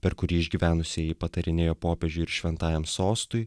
per kurį išgyvenusieji patarinėjo popiežiui ir šventajam sostui